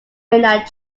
mainland